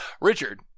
Richard